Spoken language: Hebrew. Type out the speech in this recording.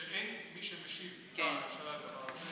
שאין מי שמשיב בממשלה על הדבר הזה.